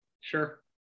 Sure